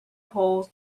polls